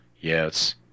yes